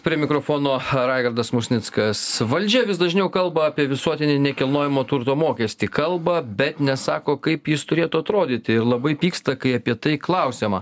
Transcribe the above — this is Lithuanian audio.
prie mikrofono raigardas musnickas valdžia vis dažniau kalba apie visuotinį nekilnojamo turto mokestį kalba bet nesako kaip jis turėtų atrodyti ir labai pyksta kai apie tai klausiama